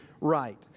right